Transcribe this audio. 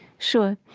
sure.